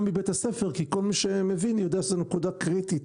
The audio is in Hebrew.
מבית הספר כי כל מי שמבין יודע שזו נקודה קריטית,